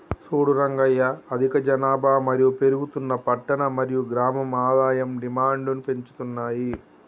సూడు రంగయ్య అధిక జనాభా మరియు పెరుగుతున్న పట్టణ మరియు గ్రామం ఆదాయం డిమాండ్ను పెంచుతున్నాయి